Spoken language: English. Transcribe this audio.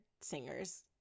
singers